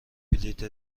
بلیت